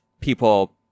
people